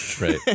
Right